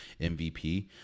MVP